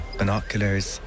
binoculars